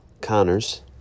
Connors